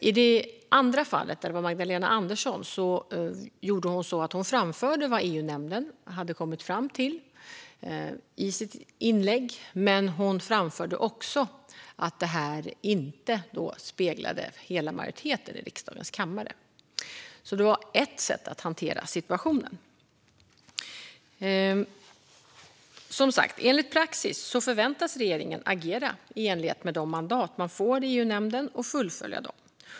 I det andra fallet med Magdalena Andersson gjorde hon så att hon i sitt inlägg framförde vad EU-nämnden hade kommit fram till, men hon framförde också att detta inte speglade majoriteten i riksdagens kammare. Det var ett sätt att hantera situationen. Enligt praxis väntas regeringen som sagt agera i enlighet med de mandat man får i EU-nämnden och fullfölja dem.